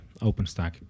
OpenStack